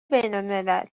بینالملل